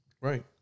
Right